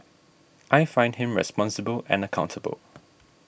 I find him responsible and accountable